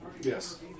Yes